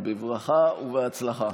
בברכה ובהצלחה.